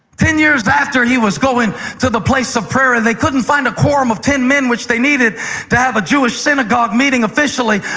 ten years after he was going to the place of prayer and they couldn't find a quorum of ten men, which they needed to have a jewish synagogue meeting officially,